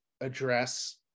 address